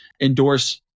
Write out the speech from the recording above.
endorse